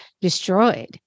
destroyed